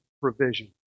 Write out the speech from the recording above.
provision